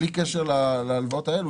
בלי קשר להלוואות האלו,